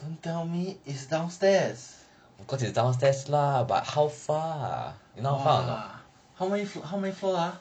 don't tell me it's downstairs !wah! how many floors ah